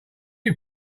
you